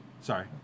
sorry